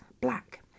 black